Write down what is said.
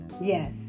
yes